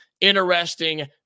interesting